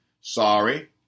sorry